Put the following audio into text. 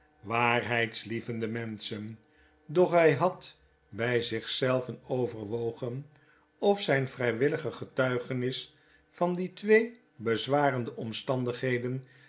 waarheidlievendste menschen doch hy had by zich zelven overwogen of zp vry willige getuigenis van die twee bezwarende omstandigheden